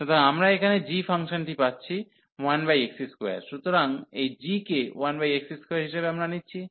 সুতরাং আমরা এখানে g ফাংশনটি পাচ্ছি 1x2 সুতরাং এই g কে 1x2 হিসাবে আমরা নিচ্ছি